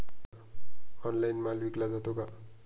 Online माल विकला जातो का?